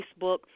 Facebook